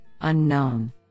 unknown